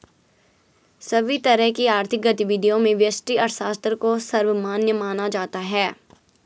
सभी तरह की आर्थिक गतिविधियों में व्यष्टि अर्थशास्त्र को सर्वमान्य माना जाता है